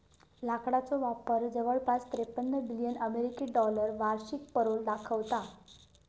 लाकडाचो व्यापार जवळपास त्रेपन्न बिलियन अमेरिकी डॉलर वार्षिक पेरोल दाखवता